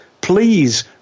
Please